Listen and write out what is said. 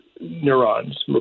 Neurons